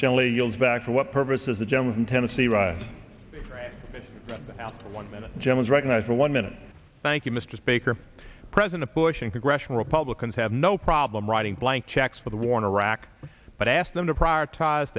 generally yields back to what purposes the gentleman from tennessee right now one minute jim was recognized for one minute thank you mr speaker president bush and congressional republicans have no problem writing blank checks for the war in iraq but ask them to prioritize